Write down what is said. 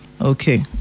Okay